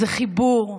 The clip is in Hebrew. זה חיבור,